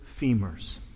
femurs